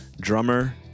drummer